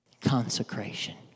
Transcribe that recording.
Consecration